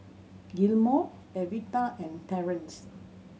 Gilmore Evita and Terrence